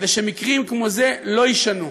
כדי שמקרים כמו זה לא יישנו.